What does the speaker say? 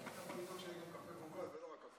(הישיבה נפסקה בשעה 18:48 ונתחדשה בשעה